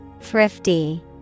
Thrifty